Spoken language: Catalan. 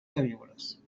queviures